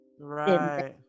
right